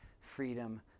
freedom